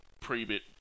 pre-bit